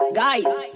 guys